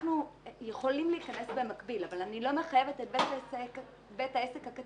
יכולים להיכנס במקביל אבל אני לא מחייבת בית עסק קטן